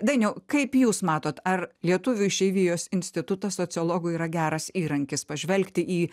dainiau kaip jūs matot ar lietuvių išeivijos institutas sociologui yra geras įrankis pažvelgti į